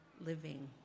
living